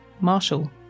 Marshall